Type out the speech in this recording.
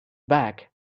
back